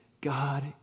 God